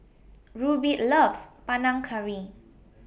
Rubie loves Panang Curry